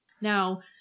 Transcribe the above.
Now